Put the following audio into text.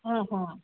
ಹಾಂ ಹಾಂ